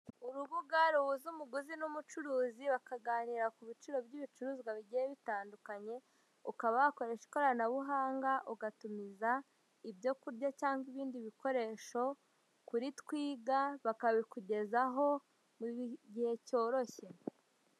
Urubuga ruhuza umuguzi n'umucuruzi bakaganira ku biciro by'ibicuruzwa bigiye bitandukanye, ukaba wakoresha ikoranabuhanga ugatumiza ibyo kurya cyangwa ibindi bikoresho kuri twiga bakabikugezaho mu gihe cyoroshye.